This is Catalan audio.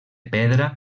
pedra